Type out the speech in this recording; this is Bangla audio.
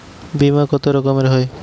বিমা কত রকমের হয়?